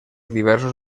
diversos